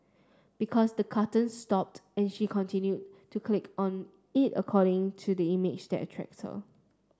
because the cartoon stopped and she continue to click on it according to the image that attracts her